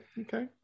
Okay